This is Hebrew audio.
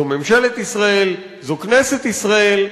זו ממשלת ישראל, זו כנסת ישראל,